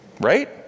right